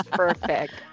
perfect